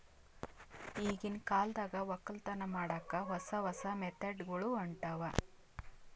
ಈಗಿನ್ ಕಾಲದಾಗ್ ವಕ್ಕಲತನ್ ಮಾಡಕ್ಕ್ ಹೊಸ ಹೊಸ ಮೆಥಡ್ ಗೊಳ್ ಹೊಂಟವ್